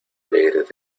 alegres